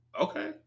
okay